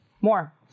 More